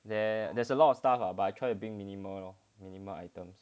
there there's a lot of stuff lah but I try to being minimal lor minimum items